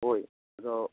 ᱦᱳᱭ ᱟᱫᱚ